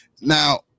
Now